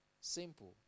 Simple